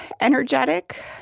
energetic